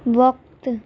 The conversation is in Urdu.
وقت